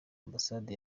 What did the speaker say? ambasade